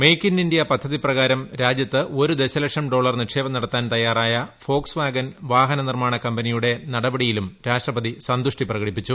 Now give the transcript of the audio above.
make in India പദ്ധതിപ്രകാരം രാജ്യത്ത് ഒരു ദശലക്ഷം ഡോളർ നിക്ഷേപം നടത്താൻ തയ്യാറായ വോക്സ്വാഗൻ വാഹന നിർമ്മാണ കമ്പനിയുടെ നടപടിയും രാഷ്ട്രപതി സന്തുഷ്ടി പ്രകടിപ്പിച്ചു